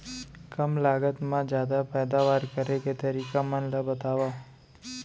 कम लागत मा जादा पैदावार करे के तरीका मन ला बतावव?